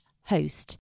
host